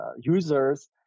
users